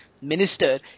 minister